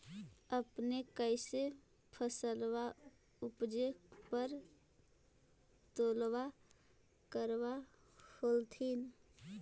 अपने कैसे फसलबा उपजे पर तौलबा करबा होत्थिन?